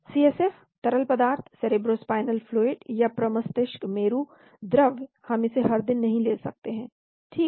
CSF तरल पदार्थ cerebrospinal fluid या प्रमस्तिष्कमेरु द्रव हम इसे हर दिन नहीं ले सकते हैं ठीक